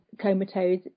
comatose